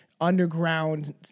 underground